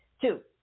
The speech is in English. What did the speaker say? Two